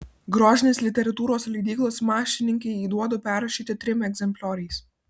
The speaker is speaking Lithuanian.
grožinės literatūros leidyklos mašininkei duodu perrašyti trim egzemplioriais